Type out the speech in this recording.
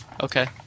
Okay